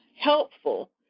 helpful